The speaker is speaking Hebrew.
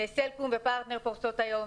סלקום ופרטנר פורסות היום.